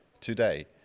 today